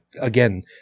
again